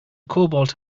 cobalt